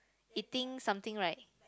eating something right